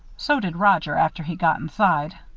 so did roger after he got inside.